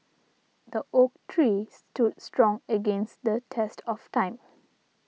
the oak tree stood strong against the test of time